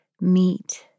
meet